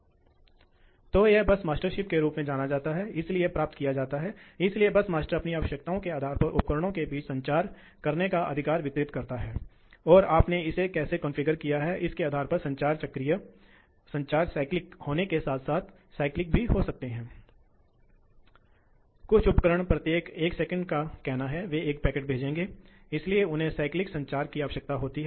अस्सी प्रतिशत का मामला अब पूरी तरह से अलग है यह 35 था यह याद रखें कि यह 31 था और यह 27 था इसलिए अब औसत हॉर्स पावर की आवश्यकता 32 है जहां पिछले एक 13 पिछला कुछ 32 था तो आप कर सकते हैं कल्पना कीजिए कि लगभग 20 हॉर्स पावर जो चौदह सौ किलोवाट बिजली की बचत की गई है